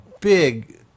big